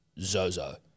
Zozo